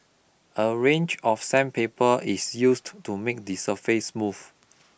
a range of sandpaper is used to make the surface smooth